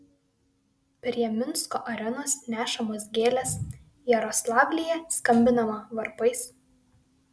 prie minsko arenos nešamos gėlės jaroslavlyje skambinama varpais